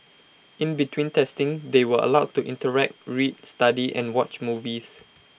in between testing they were allowed to interact read study and watch movies